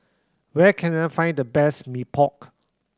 where can I find the best Mee Pok